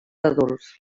adults